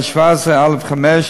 ו-117(א)(5)